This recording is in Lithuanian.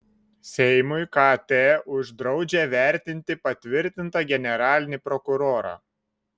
seimui kt uždraudžia vertinti patvirtintą generalinį prokurorą